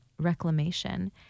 reclamation